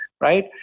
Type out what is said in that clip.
right